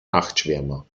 nachtschwärmer